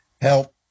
help